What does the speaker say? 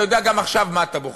אתה יודע גם עכשיו מה אתה בוחר.